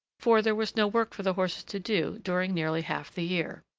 for there was no work for the horses to do during nearly half the year.